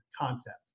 concept